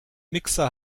mixer